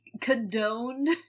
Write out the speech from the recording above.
condoned